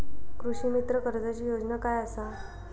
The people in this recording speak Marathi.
कृषीमित्र कर्जाची योजना काय असा?